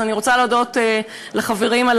אז אני רוצה להודות לחברים על